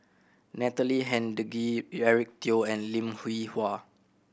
Natalie Hennedige Eric Teo and Lim Hwee Hua